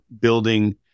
building